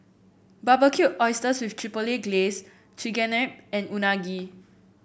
Barbecued Oysters with Chipotle Glaze Chigenabe and Unagi